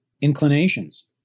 inclinations